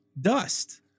Dust